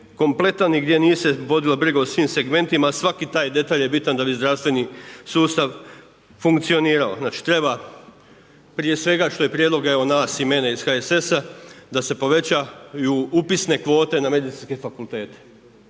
kompletan i gdje nije se vodilo brige o svim segmentima, svaki taj detalj je bitan da bi zdravstveni sustav funkcionirao. Znači treba prije sveg što je prijedlog evo nas i mene iz HSS-a da se povećaju upisne kvote na medicinskim fakultetima,